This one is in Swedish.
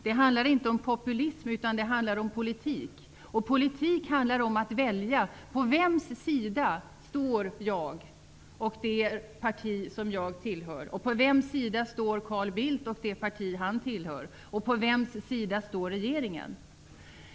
Det handlar inte om populism, utan det handlar om politik. Politik handlar om att välja. På vems sida står jag och det parti som jag tillhör? På vems sida står Carl Bildt och det parti han tillhör? På vems sida står regeringen?